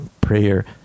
prayer